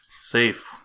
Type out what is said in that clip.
safe